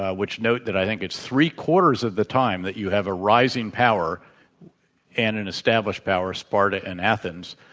ah which note that i think it's three-quarters of the time that you have a rising power and an established power, spartan and athens,